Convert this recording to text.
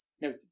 no